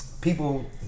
people